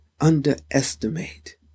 underestimate